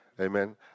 Amen